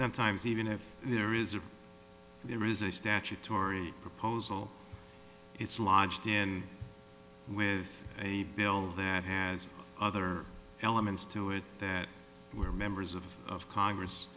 sometimes even if there is there is a statutory proposal it's lodged in with a bill that has other elements to it that where members of congress